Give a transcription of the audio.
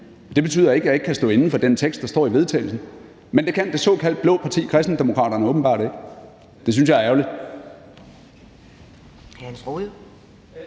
Det betyder ikke, at jeg ikke kan stå inde for den tekst, der står i forslaget til vedtagelse, men det kan det såkaldt blå parti Kristendemokraterne åbenbart ikke. Det synes jeg er ærgerligt.